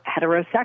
heterosexual